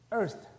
earth